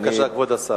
בבקשה, כבוד השר.